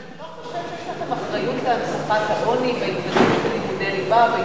אבל אתה לא חושב שיש לכם אחריות להנצחת העוני בהדגשים של לימודי ליבה?